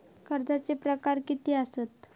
कर्जाचे प्रकार कीती असतत?